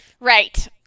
Right